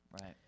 Right